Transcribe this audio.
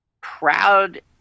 proud